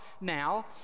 now